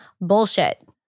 bullshit